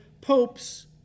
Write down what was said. popes